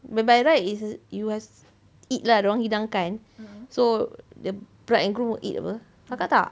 but by right is you has eat lah dia orang hidangkan so the bride and groom eat apa kakak tak